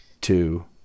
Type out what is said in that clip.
Two